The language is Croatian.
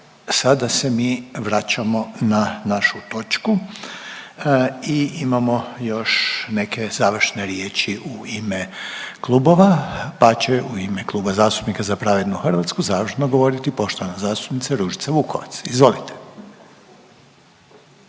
Sada se mi vraćamo na našu točku i imamo još neke završne riječi u ime klubova pa će u ime Kluba zastupnika Za pravednu Hrvatsku završno govoriti poštovana zastupnica Ružica Vukovac. Izvolite.